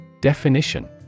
Definition